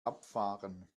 abfahren